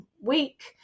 week